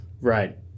Right